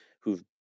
who've